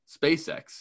SpaceX